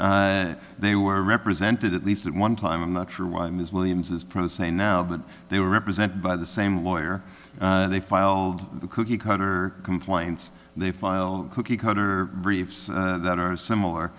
they were represented at least at one time i'm not sure why ms williams is pro se now but they were represented by the same lawyer they filed the cookie cutter complaints they file cookie cutter briefs that are similar